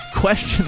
question